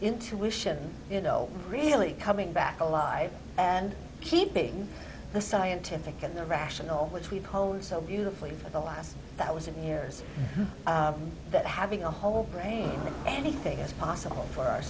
intuition you know really coming back alive and keeping the scientific and the rational which we've honed so beautifully for the last that was in years that having a whole brain anything is possible for our